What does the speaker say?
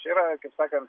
čia yra kaip sakant